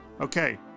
Okay